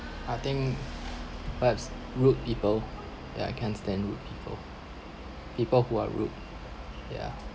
I think perhaps rude people ya I can't stand rude people people who are rude yeah